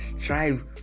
strive